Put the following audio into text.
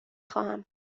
خواهم